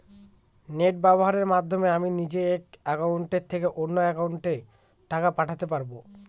Net ব্যবহারের মাধ্যমে আমি নিজে এক অ্যাকাউন্টের থেকে অন্য অ্যাকাউন্টে টাকা পাঠাতে পারব?